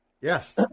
Yes